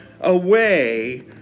away